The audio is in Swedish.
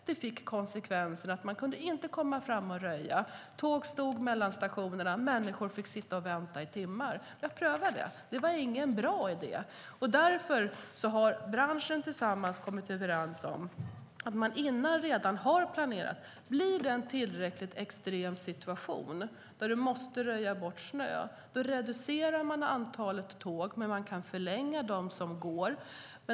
Det fick som konsekvens att man inte kunde komma fram och röja, att tåg stod mellan stationerna och att människor fick sitta och vänta i timmar. Vi har prövat det. Det var ingen bra idé. Därför har branschen kommit överens om och redan planerat att om det blir en tillräckligt extrem situation där man måste röja bort snö reducerar man antalet tåg, fast man kan förlänga dem som går.